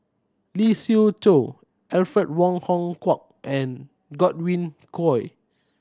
Lee Siew Choh Alfred Wong Hong Kwok and Godwin Koay